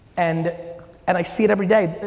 and and i see it every day.